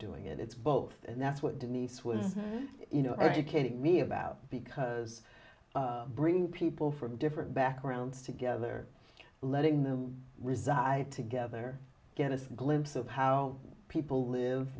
doing it it's both and that's what denise was you know educating me about because bringing people from different backgrounds together letting them reside together get a glimpse of how people live